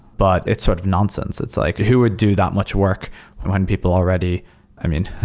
but it's sort of nonsense. it's like who would do that much work when people already i mean,